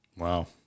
Wow